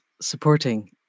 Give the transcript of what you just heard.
supporting